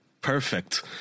perfect